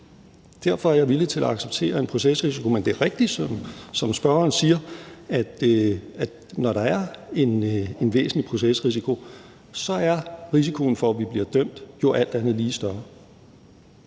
Derfor er jeg villig til at acceptere en procesrisiko. Men det er rigtigt, som spørgeren siger, at når der er en væsentlig procesrisiko, er risikoen for, at vi bliver dømt, jo alt andet lige større.